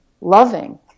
loving